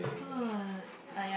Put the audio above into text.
!huh! ah yeah